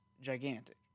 gigantic